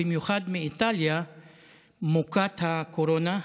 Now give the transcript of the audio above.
במיוחד מאיטליה מוכת הקורונה.